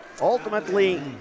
ultimately